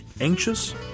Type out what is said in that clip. Anxious